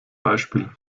beispiel